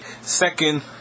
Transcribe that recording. second